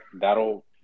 That'll